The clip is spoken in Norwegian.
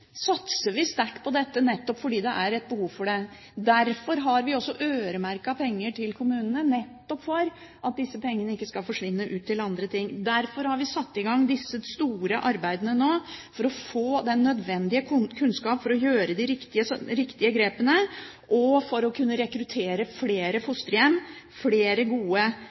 satser vi sterkt på dette, nettopp fordi det er et behov for det. Derfor har vi også øremerket penger til kommunene, nettopp for at disse pengene ikke skal forsvinne ut til andre ting. Derfor har vi satt i gang disse store arbeidene nå for å få den nødvendige kunnskap for å gjøre de riktige grepene og for å kunne rekruttere flere fosterhjem – flere gode